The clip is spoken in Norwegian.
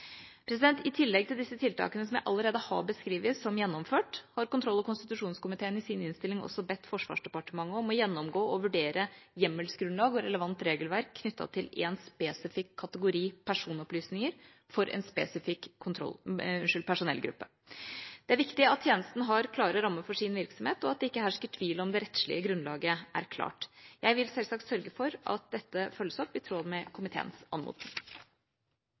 I tillegg til disse tiltakene som jeg allerede har beskrevet som gjennomført, har kontroll- og konstitusjonskomiteen i sin innstilling også bedt Forsvarsdepartementet om å gjennomgå og vurdere hjemmelsgrunnlag og relevant regelverk knyttet til én spesifikk kategori personopplysninger for én spesifikk personellgruppe. Det er viktig at tjenesten har klare rammer for sin virksomhet, og at det ikke hersker tvil om det rettslige grunnlaget er klart. Jeg vil selvsagt sørge for at dette følges opp i tråd med komiteens anmodning.